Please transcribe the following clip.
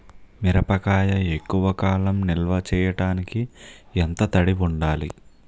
మిరపకాయ ఎక్కువ కాలం నిల్వ చేయటానికి ఎంత తడి ఉండాలి?